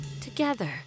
together